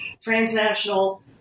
transnational